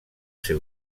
ser